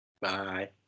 Bye